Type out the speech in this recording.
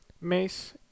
Mace